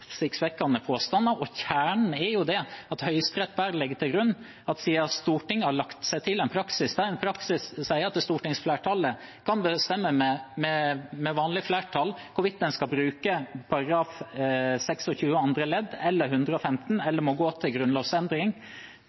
Kjernen er at Høyesterett bare legger til grunn at Stortinget har lagt seg til en praksis der Stortinget kan bestemme med vanlig flertall hvorvidt man skal bruke § 26 annet ledd, § 115 eller må gå til grunnlovsendring.